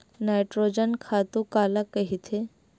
Nitrogen खातु काला कहिथे?